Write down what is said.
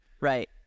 right